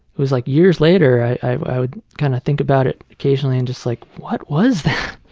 it was like years later, i would kind of think about it occasionally and just like, what was that?